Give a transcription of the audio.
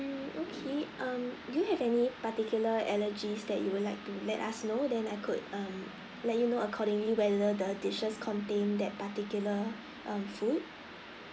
mm okay um do you have any particular allergies that you would like to let us know then I could um let you know accordingly whether the dishes contain that particular err food